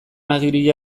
agiria